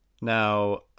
Now